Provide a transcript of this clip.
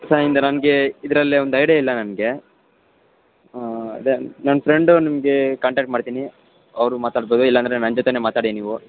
ಸ ಇಂದ ನಮಗೆ ಇದರಲ್ಲೆ ಒಂದು ಐಡ್ಯಾ ಇಲ್ಲ ನಮಗೆ ದೆನ್ ನನ್ನ ಫ್ರೆಂಡು ನಿಮಗೆ ಕಾಂಟೆಕ್ಟ್ ಮಾಡ್ತೀನಿ ಅವರು ಮಾತಾಡ್ತಾರೆ ಇಲ್ಲಾಂದರೆ ನನ್ನ ಜೊತೆನೆ ಮಾತಾಡಿ ನೀವು